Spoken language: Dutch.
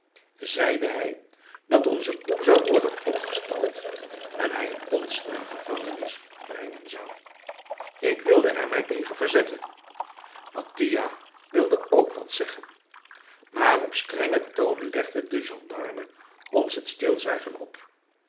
zeide hij dat onze koe zou worden opgestald en hij ons naar de gevangenis brengen zou ik wilde er mij tegen verzetten mattia wilde ook wat zeggen maar op strengen toon legde de gendarme ons het stilzwijgen op